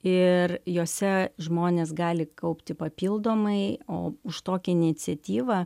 ir jose žmonės gali kaupti papildomai o už tokią iniciatyvą